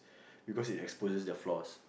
because it exposes their flaws